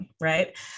right